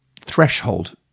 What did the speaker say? threshold